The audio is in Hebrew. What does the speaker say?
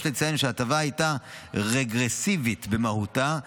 יש לציין שההטבה הייתה רגרסיבית במהותה,